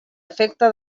efecte